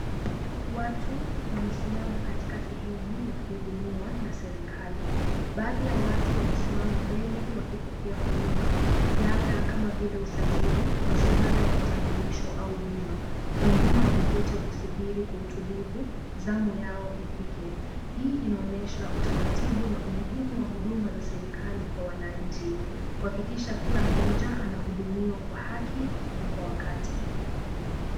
Watu wamesimama katika sehemu ya kuhudumiwa na serikali. Baadhi ya watu wamesimama mbele wakipokea huduma labda kama vile usajili, maswala ya kitambulisho au bima. Wengine wameketi wakisubiri kwa utulivu zamu yao ifike. Hii inaonyesha utaratibu na umuhimu wa huduma za serikali kwa wananchi kuhakikisha kila mmoja anahudumiwa kwa haki na kwa wakati.